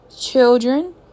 children